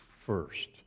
first